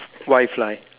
why fly